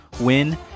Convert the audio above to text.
win